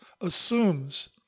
assumes